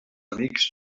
amics